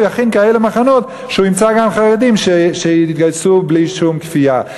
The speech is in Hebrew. הוא יכין כאלה מחנות שהוא ימצא גם חרדים שיתגייסו בלי שום כפייה.